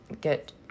get